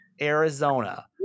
Arizona